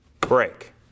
break